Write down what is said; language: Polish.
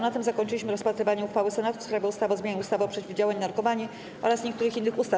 Na tym zakończyliśmy rozpatrywanie uchwały Senatu w sprawie ustawy o zmianie ustawy o przeciwdziałaniu narkomanii oraz niektórych innych ustaw.